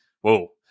Whoa